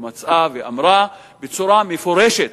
ומצאה ואמרה בצורה מפורשת